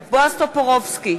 טופורובסקי,